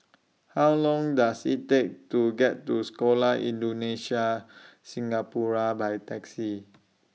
How Long Does IT Take to get to Sekolah Indonesia Singapura By Taxi